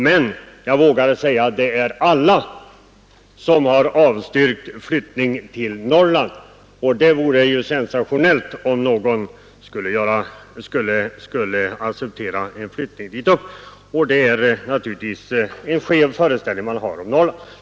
Men jag vågar säga att alla har avstyrkt flyttning till Norrland — och det vore ju sensationellt om någon skulle acceptera en flyttning dit upp. Det är naturligtvis en skev föreställning man har om Norrland.